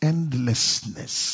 Endlessness